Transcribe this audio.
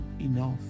enough